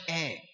air